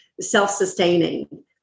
self-sustaining